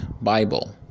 Bible